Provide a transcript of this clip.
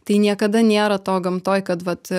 tai niekada nėra to gamtoj kad vat